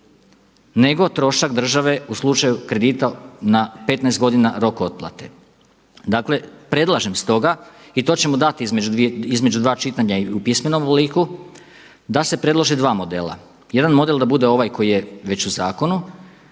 nego trošak države u slučaju kredita na 15 godina rok otplate. Dakle, predlažem stoga i to ćemo dati između dva čitanja i u pismenom obliku da se predloži dva modela. Jedan model da bude ovaj koji je već u zakonu